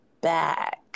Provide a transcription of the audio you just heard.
back